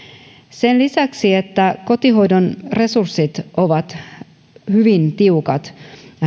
sen lisäksi että kotihoidon resurssit ovat hyvin tiukat